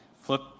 Flip